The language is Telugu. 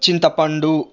చింతపండు